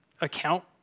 account